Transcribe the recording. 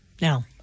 No